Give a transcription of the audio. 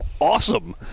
Awesome